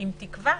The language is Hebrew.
עם תקווה,